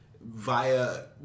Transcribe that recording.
via